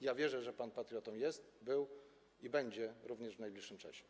Ja wierzę, że pan patriotą jest, był i będzie również w najbliższym czasie.